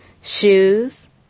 shoes